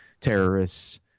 terrorists